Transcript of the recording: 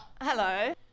Hello